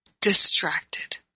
distracted